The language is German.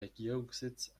regierungssitz